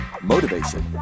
motivation